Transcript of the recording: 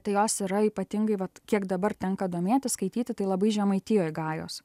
tai jos yra ypatingai vat kiek dabar tenka domėtis skaityti tai labai žemaitijoj gajos